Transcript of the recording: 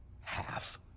Half